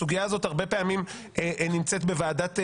הסוגיה הזאת הרבה פעמים נמצאת בוועדת החוקה,